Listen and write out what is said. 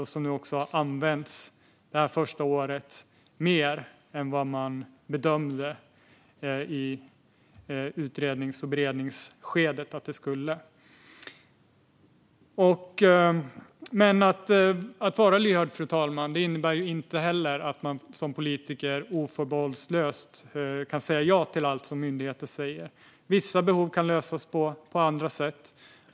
Och det har använts mer under det här första året än man i utrednings och beredningsskedet bedömde skulle behövas. Att vara lyhörd innebär dock inte att vi som politiker förbehållslöst kan säga ja till allt som myndigheterna önskar. Vissa behov kan lösas på andra sätt.